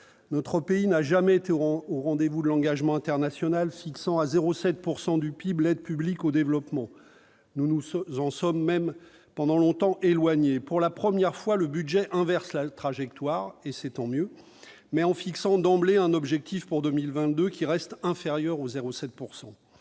notre pays n'a jamais été au rendez-vous de l'engagement international fixant à 0,7 % du PIB l'aide publique au développement. Longtemps, nous nous en sommes même éloignés. Pour la première fois, le budget inverse la trajectoire, et c'est tant mieux, mais en fixant d'emblée un objectif pour 2022 qui reste inférieur à 0,7 %.